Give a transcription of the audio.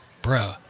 Bro